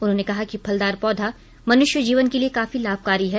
उन्होंने कहा कि फलदार पौधा मनुष्य जीवन के लिए काफी लाभकारी है